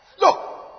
Look